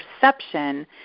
perception